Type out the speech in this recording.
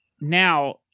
Now